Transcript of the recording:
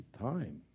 time